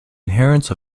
inheritance